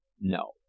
No